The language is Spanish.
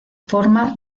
forma